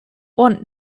want